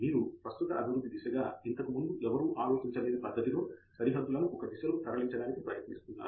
మీరు ప్రస్తుత అభివృద్ధి దిశగా ఇంతకు ముందు ఎవరూ ఆలోచించలేని పద్దతి లో సరిహద్దులను ఒక దిశలో తరలించటానికి ప్రయత్నిస్తున్నారు